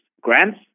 grants